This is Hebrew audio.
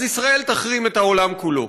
אז ישראל תחרים את העולם כולו.